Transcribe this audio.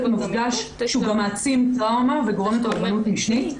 מפגש שהוא גם מעצים טראומה וגורם לקורבנות משנית.